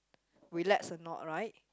relax or not right